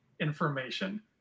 information